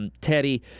Teddy